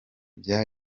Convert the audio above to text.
bya